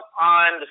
on